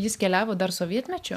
jis keliavo dar sovietmečiu